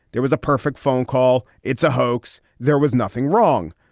there was a perfect phone call. it's a hoax. there was nothing wrong.